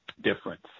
difference